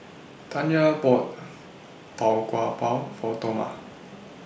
Tanja bought Tau Kwa Pau For Toma